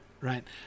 Right